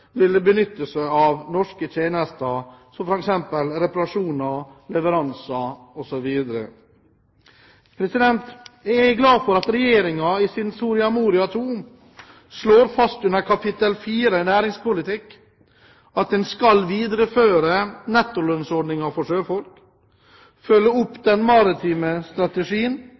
vil benytte seg av norske tjenester, som f.eks. reparasjoner, leveranser osv. Jeg er glad for at Regjeringen i sin Soria Moria II, i kapittel 4 Næringspolitikk, slår fast at en skal videreføre nettolønnsordningen for sjøfolk, følge opp den maritime strategien